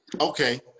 Okay